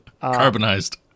Carbonized